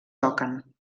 toquen